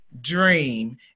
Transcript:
dream